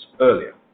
earlier